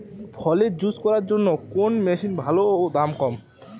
ফলের জুস করার জন্য কোন মেশিন ভালো ও দাম কম?